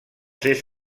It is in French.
ses